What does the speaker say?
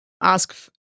ask